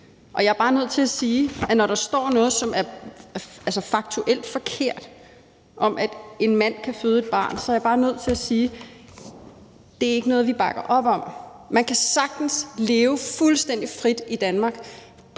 det her er jo en udvidelse. Og når der står noget, som er faktuelt forkert, om, at en mand kan føde et barn, så er jeg bare nødt til at sige, at det ikke er noget, vi bakker op om. Man kan sagtens leve fuldstændig frit i Danmark